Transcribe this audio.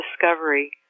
discovery